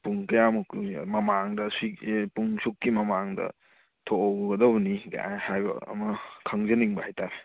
ꯄꯨꯡ ꯀꯌꯥ ꯃꯨꯛꯀꯤ ꯃꯃꯥꯡꯗꯁꯤꯒꯤ ꯄꯨꯡ ꯁꯨꯛꯀꯤ ꯃꯃꯥꯡꯗ ꯊꯣꯛꯍꯧꯒꯗꯕꯅꯤ ꯒꯥꯏꯅ ꯍꯥꯏꯕ ꯑꯃ ꯈꯪꯖꯅꯤꯡꯕ ꯍꯥꯏꯇꯥꯔꯦ